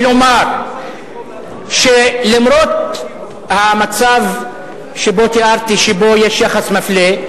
ולומר, שלמרות המצב שתיארתי, שבו יש יחס מפלה,